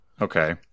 Okay